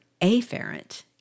afferent